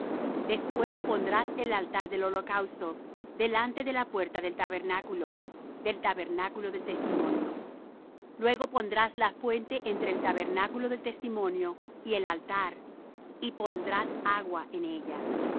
el altar del holocausto delante de la puerta del tabernáculo del tabernáculo del testimonio luego pondrás la fuente entre el tabernáculo del testimonio y el altar y pondrás agua en ella